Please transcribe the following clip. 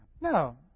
no